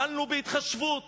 פעלנו בהתחשבות